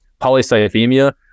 Polycythemia